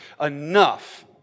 enough